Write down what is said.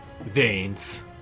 veins